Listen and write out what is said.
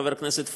חבר הכנסת פורר,